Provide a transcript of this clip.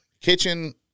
kitchen